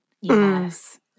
Yes